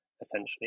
essentially